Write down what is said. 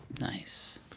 nice